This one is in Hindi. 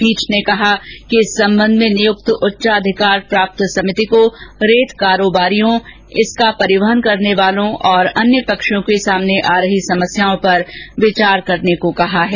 पीठ ने कहा कि इस संबंध में नियुक्त उच्चाधिकार प्राप्त सभिति को रेत कारोबारियों इसे लाने तेँ जाने का काम करने वाले और अन्य पक्षों को पेश आ रही समस्याओं पर विचार करने को कहा है